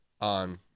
on